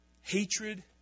Hatred